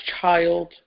child